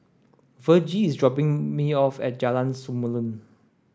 Virgie is dropping me off at Jalan Samulun